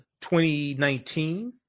2019